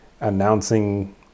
announcing